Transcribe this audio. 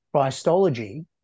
Christology